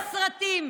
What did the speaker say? אתם קולטים,